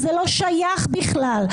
זה לא שייך בכלל.